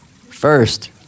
First